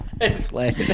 explain